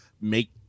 make